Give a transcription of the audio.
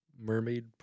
mermaid